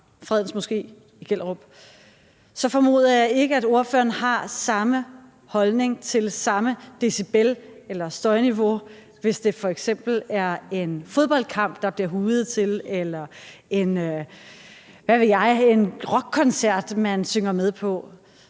Fredens Moské i Gellerup, så formoder jeg ikke, at ordføreren har samme holdning til samme decibel- eller støjniveau, hvis det f.eks. er en fodboldkamp, der bliver hujet til, eller en rockkoncert, man synger med på.